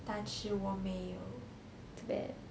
但是我没有 sad